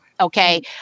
okay